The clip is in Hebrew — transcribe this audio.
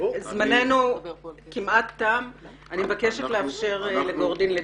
זמננו כמעט תם ואני מבקשת לאפשר לגורדין לדבר.